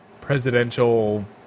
presidential